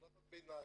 החלטת ביניים,